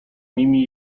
nimi